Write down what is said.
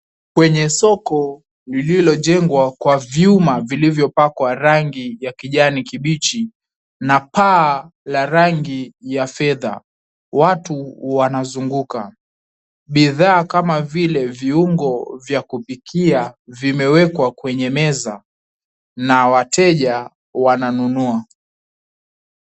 Kwenye soko lililojengwa kwa vyuma vilivyopakwa rangi ya kijani kibichi na paa la rangi ya fedha, watu wanazunguka. Bidhaa kama vile viuongo vya kupikia vimewekwa kwenye meza na wateja wananunua.